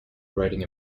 writing